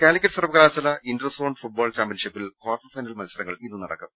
കാലിക്കറ്റ് സർവകലാശാല interzone football ചാംപ്യൻഷിപ്പിൽ quarter final മത്സരങ്ങൾ ഇന്ന് നടക്കും